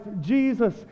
jesus